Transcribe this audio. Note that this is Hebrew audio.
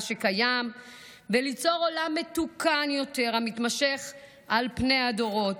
שקיים וליצור עולם מתוקן יותר המתמשך על פני הדורות.